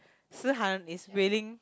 Si-Han is willing